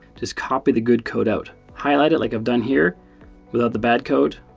just copy the good code out. highlight it like i've done here without the bad code,